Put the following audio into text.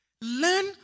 Learn